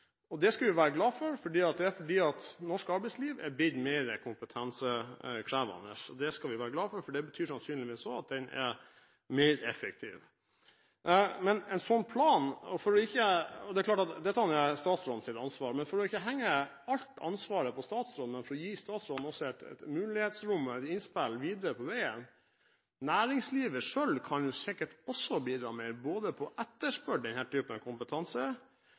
Det skal vi være glade for, fordi det skyldes at norsk arbeidsliv har blitt kompetansekrevende. Det skal vi være glade for, fordi det sannsynligvis også betyr at arbeidslivet er mer effektivt. Det er klart at dette er statsrådens ansvar, men for ikke å henge alt ansvaret på statsråden, men for å gi statsråden et mulighetsrom, et innspill videre på veien: Næringslivet selv kan sikkert også bidra mer, både når det gjelder å etterspørre denne typen kompetanse, og når det gjelder å bidra selv i nærings-ph.d.-ordningen, til å utdanne denne typen kompetanse.